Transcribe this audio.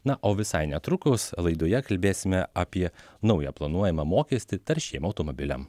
na o visai netrukus laidoje kalbėsime apie naują planuojamą mokestį taršiems automobiliams